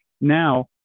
Now